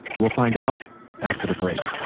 we'll find out after the break